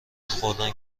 خوردن